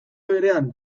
berean